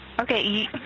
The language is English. Okay